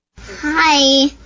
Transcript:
Hi